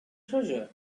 treasure